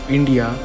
India